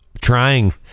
trying